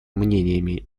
мнениями